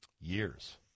years